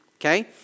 Okay